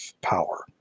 power